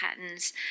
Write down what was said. patterns